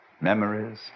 memories